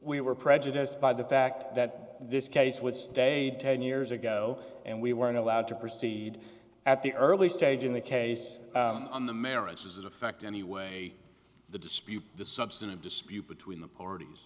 we were prejudiced by the fact that this case was daid ten years ago and we weren't allowed to proceed at the early stage in the case on the merits does that affect any way the dispute the substantive dispute between the parties